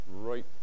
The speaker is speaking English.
right